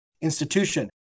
institution